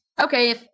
Okay